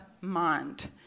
mind